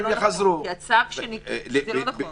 זה לא נכון,